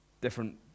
different